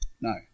No